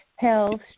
health